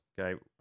Okay